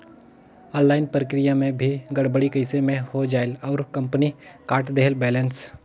Online प्रक्रिया मे भी गड़बड़ी कइसे मे हो जायेल और कंपनी काट देहेल बैलेंस?